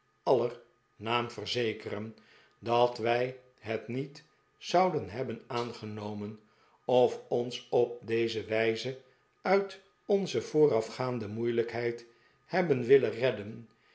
naam verzekeren dat wij het niet zouden hebben aangenomen of ons op deze wijze uit onze voorafgaande moeilijkheid hebben willen redden